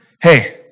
hey